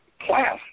class